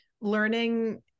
learning